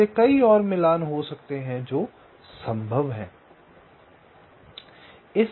इसलिए कई मिलान हो सकते हैं जो संभव हैं